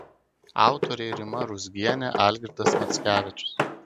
autoriai rima ruzgienė algirdas mackevičius